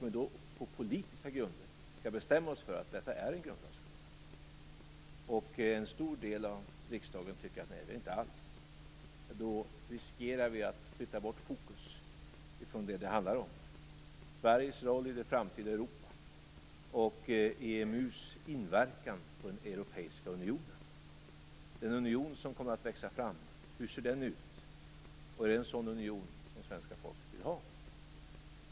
Om vi på politiska grunder skall bestämma oss för att detta är en grundlagsfråga och en stor del av riksdagen tycker att det inte alls är det, så riskerar vi att flytta bort fokus från vad det handlar om: Sveriges roll i det framtida Europa och EMU:s inverkan på den europeiska unionen. Hur ser den union ut som kommer att växa fram? Är det en sådan union som svenska folket vill ha?